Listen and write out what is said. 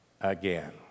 again